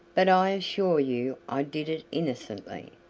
but i assure you i did it innocently.